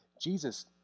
Jesus